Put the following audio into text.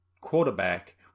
quarterback